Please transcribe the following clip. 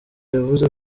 yavuze